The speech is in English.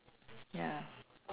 ya